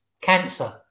cancer